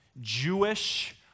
Jewish